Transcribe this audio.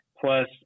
plus